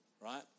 right